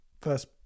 first